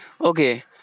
okay